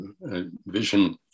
vision